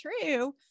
true